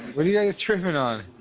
what are you guys tripping on?